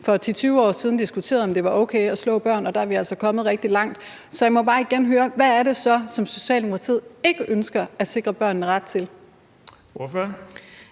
For 10-20 år siden diskuterede vi, om det var okay at slå børn, og der er vi altså kommet rigtig langt. Så jeg må bare igen høre: Hvad er det så, som Socialdemokratiet ikke ønsker at sikre børnene ret til? Kl.